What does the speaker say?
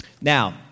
Now